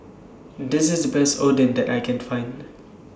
This IS The Best Oden that I Can Find